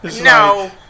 No